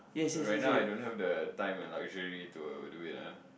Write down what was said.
right now I don't have time and luxury to do it ah